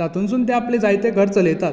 तातूंतसून ते आपलें जायते घर चलयतात